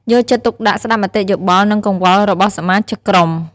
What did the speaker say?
យកចិត្តទុកដាក់ស្តាប់មតិយោបល់ និងកង្វល់របស់សមាជិកក្រុម។